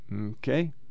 Okay